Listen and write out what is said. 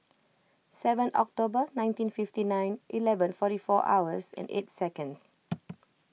seven October nineteen fifty nine eleven forty four hours and eight seconds